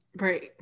Right